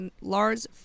Lars